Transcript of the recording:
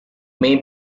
may